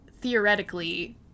theoretically